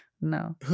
No